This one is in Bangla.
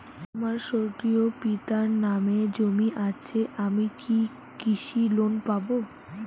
আমার স্বর্গীয় পিতার নামে জমি আছে আমি কি কৃষি লোন পাব?